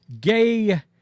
Gay